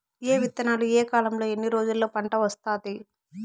ఏ విత్తనాలు ఏ కాలంలో ఎన్ని రోజుల్లో పంట వస్తాది?